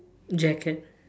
jacket